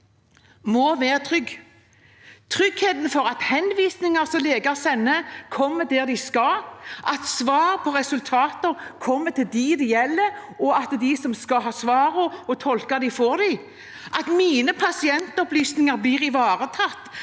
må være trygghet for at henvisninger leger sender, kommer dit de skal, at svar på resultater kommer til dem det gjelder, og at de som skal ha svarene og tolke dem, får dem. At pasientopplysninger blir ivaretatt